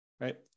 Right